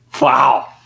Wow